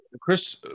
Chris